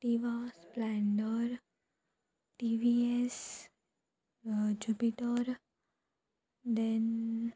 लिवा Splendor T V S Jupiter then